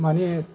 माने